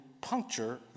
puncture